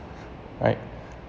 right